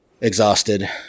exhausted